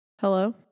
Hello